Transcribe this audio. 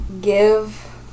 give